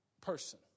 person